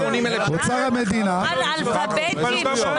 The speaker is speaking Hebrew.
מה, אנחנו אנאלפביתים?